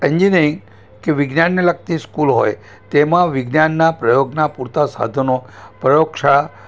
engineering કે વિજ્ઞાનને લગતી સ્કૂલ હોય તેમાં વિજ્ઞાનના પ્રયોગનાં પૂરતાં સાધનો પ્રયોગ શાળા